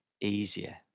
easier